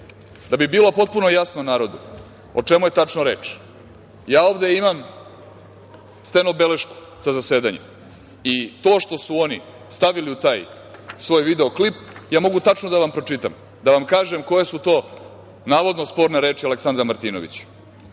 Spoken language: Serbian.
bi bilo potpuno jasno narodu o čemu je tačno reč, ja ovde imam stenobelešku sa zasedanja i to što su oni stavili u taj svoj video klip ja mogu tačno da vam pročitam, da vam kažem koje su to navodno sporne reči Aleksandra Martinovića,